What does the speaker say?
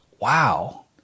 wow